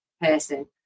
person